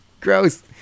gross